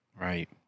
Right